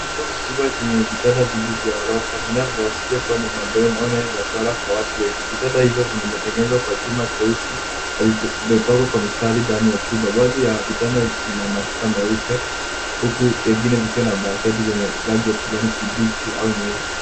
Chumba kikubwa chenye vitanda vingi vya ghorofa vinavyoashiria kwamba ni mabweni au eneo la kulala kwa watu wengi. Vitanda hivyo vimetengenezwa kwa chuma cheusi na vimepangwa kwa mistari ndani ya chumba. Baadhi ya vitanda vina mashuka meupe huku vingine vikiwa na blanketi zenye rangi ya kijani kibichi au nyeusi.